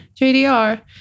JDR